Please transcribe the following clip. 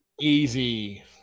easy